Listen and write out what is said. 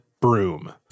broom